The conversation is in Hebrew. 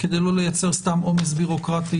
כדי לא לייצר סתם עומס בירוקרטי